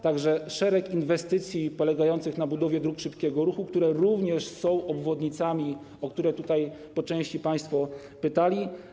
Tak że to szereg inwestycji polegających na budowie dróg szybkiego ruchu, które również są obwodnicami, o które tutaj po części państwo pytali.